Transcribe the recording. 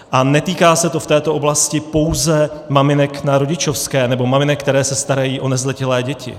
A netýká se to v této oblasti pouze maminek na rodičovské nebo maminek, které se starají o nezletilé děti.